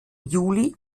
juli